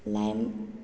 lime